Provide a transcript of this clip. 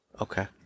Okay